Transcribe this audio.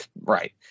Right